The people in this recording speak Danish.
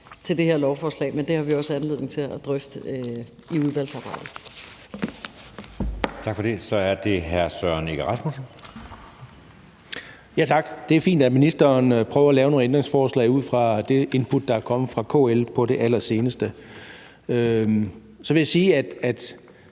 til det her lovforslag, men det har vi jo også anledning til at drøfte i udvalgsarbejdet. Kl. 16:14 Anden næstformand (Jeppe Søe): Tak for det. Så er det hr. Søren Egge Rasmussen. Kl. 16:14 Søren Egge Rasmussen (EL): Tak. Det er fint, at ministeren prøver at lave nogle ændringsforslag ud fra det input, der er kommet fra KL på det allerseneste. Så vil jeg sige, at